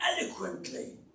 eloquently